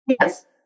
Yes